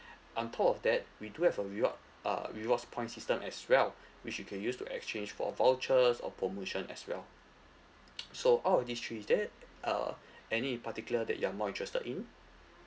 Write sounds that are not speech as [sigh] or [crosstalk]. on top of that we do have a reward uh rewards points system as well [breath] which you can use to exchange for vouchers or promotion as well so all of these three is there uh any particular that you are more interested in